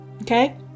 Okay